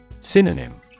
Synonym